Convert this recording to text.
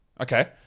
Okay